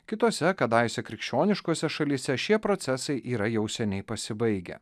kitose kadaise krikščioniškose šalyse šie procesai yra jau seniai pasibaigę